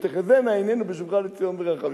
ותחזינה עינינו בשובך לציון ברחמים.